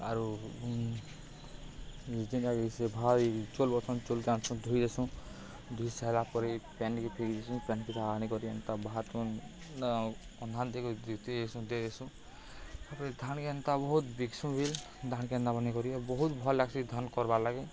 ଆରୁ ଚଉଲ୍ ଚଉଲ୍ ଜାଣ୍ସୁଁ ଧୁଇ ଦେସୁଁ ଧୁଇ ସାର୍ଲା ପରେ ପାଏନ୍କେ ଫେକିସୁଁ ପାଏନ୍ ନେଇକରି ଏନ୍ତା ବାହାରାତ ଅନ୍ଧାନ୍ ଦେଇକରି ଆନ୍ସୁଁ ଦେଇ ଦେସୁଁ ତା'ର୍ପରେ ଧାନ୍ କେ ଏନ୍ତା ବହୁତ୍ ବିକ୍ସୁଁ ବି ଧାନ୍ କେନ୍ତା ବନେଇ କରି ବହୁତ୍ ଭଲ୍ ଲାଗ୍ସି ଧାନ୍ କର୍ବାର୍ ଲାଗି